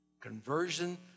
Conversion